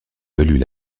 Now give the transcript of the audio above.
valut